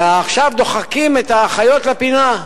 ועכשיו דוחקים את האחיות לפינה,